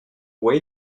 way